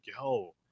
yo